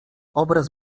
obraz